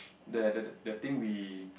the the the the thing we